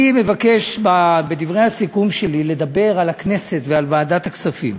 אני מבקש בדברי הסיכום שלי לדבר על הכנסת ועל ועדת הכספים.